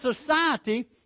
society